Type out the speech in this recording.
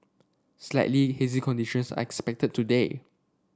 slightly hazy conditions are expected today